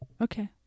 Okay